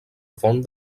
font